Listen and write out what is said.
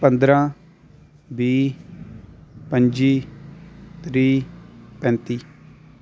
पंदरा बीह् पं'जी त्रीह् पैंत्ती